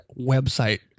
website